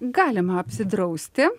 galima apsidrausti